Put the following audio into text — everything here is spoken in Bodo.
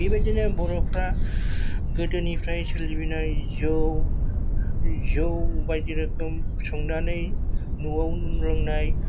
बेबायदिनो बर'फोरा गोदोनिफ्राय सोलिबोनाय जौ बायदि रोखोम संनानै न'आव लोंनाय